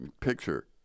picture